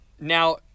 Now